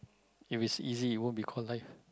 if is easy it won't be call life